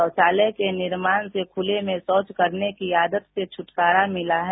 शौचालय के निर्माण के खुले में शौच करने की आदत से छटकारा मिला है